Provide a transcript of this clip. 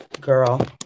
girl